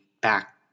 back